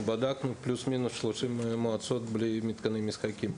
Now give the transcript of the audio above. אנחנו בדקנו בערך 30 מועצות בלי מתקני משחקים.